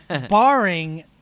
Barring